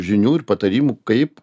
žinių ir patarimų kaip